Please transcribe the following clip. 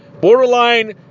Borderline